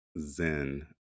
Zen